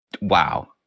wow